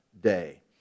day